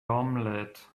omelette